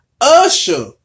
Usher